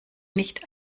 nicht